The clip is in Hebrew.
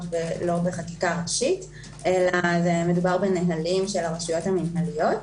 ולא בחקיקה ראשית אלא מדובר בנהלים של הרשויות המינהליות.